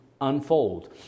unfold